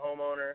homeowner